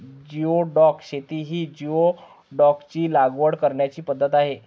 geoduck शेती ही जिओडॅकची लागवड करण्याची पद्धत आहे